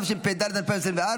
התשפ"ד 2024,